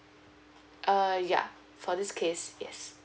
err ya for this case yes